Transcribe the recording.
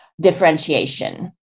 differentiation